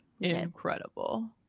incredible